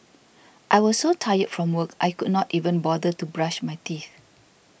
I was so tired from work I could not even bother to brush my teeth